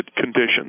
conditions